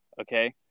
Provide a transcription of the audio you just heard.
Okay